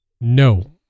no